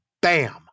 bam